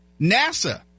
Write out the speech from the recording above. NASA